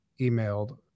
emailed